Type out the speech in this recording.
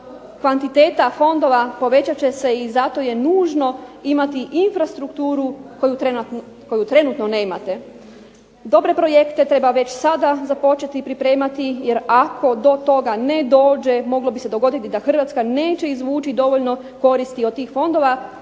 kvantiteta fondova povećat će se i zato je nužno imati infrastrukturu koju trenutno nemate. Dobre projekte treba već sada započeti pripremati jer ako do toga ne dođe moglo bi se dogoditi da Hrvatska neće izvući dovoljno koristi od tih fondova.